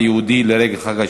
הצעת חוק הביטוח הלאומי (תיקון מס'